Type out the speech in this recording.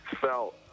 felt